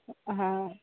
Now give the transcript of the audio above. ହଁ